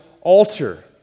altar